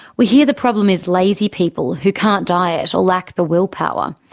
we hear the problem is lazy people who can't diet or lack the willpower.